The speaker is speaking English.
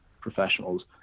professionals